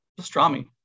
Pastrami